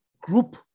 group